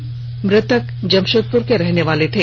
दोनों मृतक जमशेदपुर के रहने वाले थे